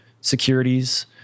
securities